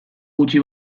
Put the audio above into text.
gutxi